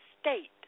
state